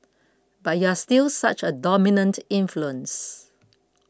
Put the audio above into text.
but you're still such a dominant influence